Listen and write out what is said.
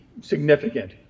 significant